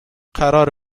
قرار